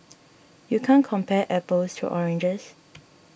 you can't compare apples to oranges